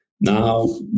Now